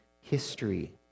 history